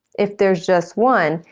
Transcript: if there's just one,